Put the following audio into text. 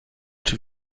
czy